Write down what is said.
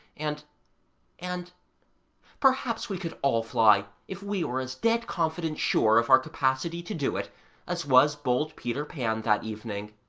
and and perhaps we could all fly if we were as dead-confident-sure of our capacity to do it as was bold peter pan that evening.